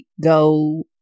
go